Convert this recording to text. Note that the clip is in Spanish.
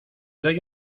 doy